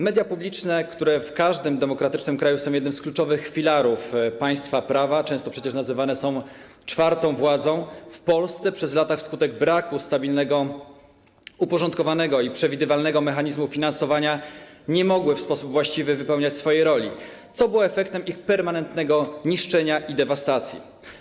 Media publiczne, które w każdym demokratycznym kraju są jednym z kluczowych filarów państwa prawa - często przecież nazywane są czwartą władzą - w Polsce przez lata wskutek braku stabilnego, uporządkowanego i przewidywalnego mechanizmu finansowania nie mogły w sposób właściwy wypełniać swojej roli, co było efektem ich permanentnego niszczenia i dewastacji.